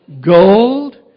gold